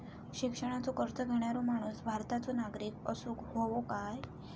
शिक्षणाचो कर्ज घेणारो माणूस भारताचो नागरिक असूक हवो काय?